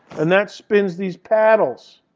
and that spins these paddles.